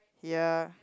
ya